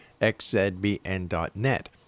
xzbn.net